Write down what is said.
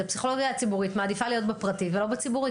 הפסיכולוגיה מעדיפה להיות בפרטי ולא בציבורי,